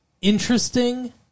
interesting